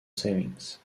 savings